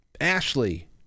Ashley